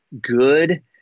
good